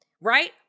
right